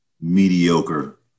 mediocre